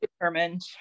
determined